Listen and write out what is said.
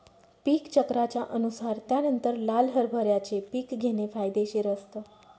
पीक चक्राच्या अनुसार त्यानंतर लाल हरभऱ्याचे पीक घेणे फायदेशीर असतं